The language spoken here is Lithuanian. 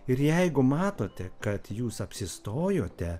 ir jeigu matote kad jūs apsistojote